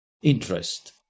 interest